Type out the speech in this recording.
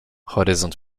horyzont